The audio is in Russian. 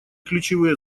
ключевые